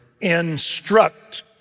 instruct